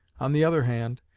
on the other hand,